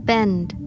Bend